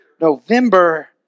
November